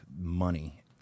money